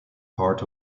part